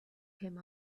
came